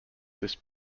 this